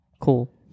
Cool